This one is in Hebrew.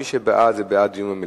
מי שבעד, בעד דיון במליאה.